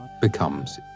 becomes